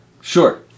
Sure